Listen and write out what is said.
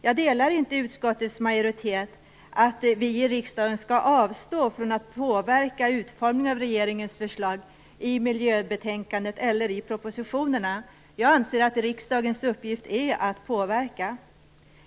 Jag delar inte utskottsmajoritetens uppfattning att vi i riksdagen skall avstå från att påverka utformningen av regeringens förslag i miljöbetänkandet eller i propositionerna. Jag anser att riksdagens uppgift är att påverka.